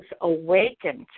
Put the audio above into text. awakened